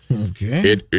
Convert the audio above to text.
Okay